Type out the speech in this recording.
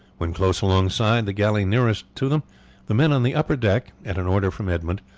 when close alongside the galley nearest to them the men on the upper deck, at an order from edmund,